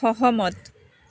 সহমত